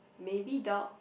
maybe dog